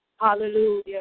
Hallelujah